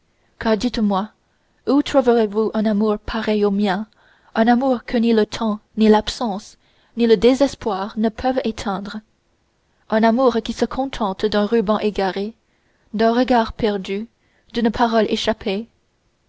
dites-moi où trouvez-vous un amour pareil au mien un amour que ni le temps ni l'absence ni le désespoir ne peuvent éteindre un amour qui se contente d'un ruban égaré d'un regard perdu d'une parole échappée